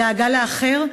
דאגה לאחר,